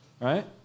right